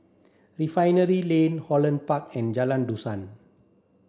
Refinery Lane Holland Park and Jalan Dusan